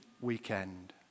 weekend